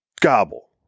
gobble